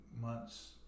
months